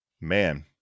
Man